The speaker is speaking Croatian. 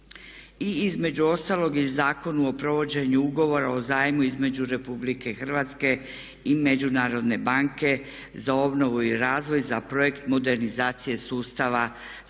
i između ostalog je Zakon o provođenju ugovora o zajmu između Republike Hrvatske i Međunarodne banke za obnovu i razvoj za projekt modernizacije sustava socijalne